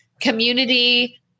community